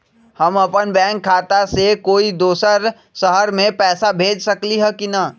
हम अपन बैंक खाता से कोई दोसर शहर में पैसा भेज सकली ह की न?